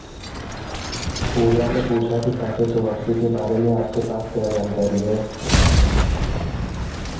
पूजा ने पूछा की सापेक्ष वापसी के बारे में आपके पास क्या जानकारी है?